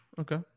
Okay